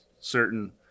certain